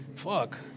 fuck